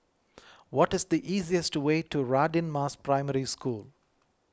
what is the easiest way to Radin Mas Primary School